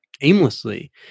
aimlessly